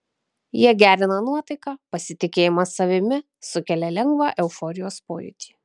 jie gerina nuotaiką pasitikėjimą savimi sukelia lengvą euforijos pojūtį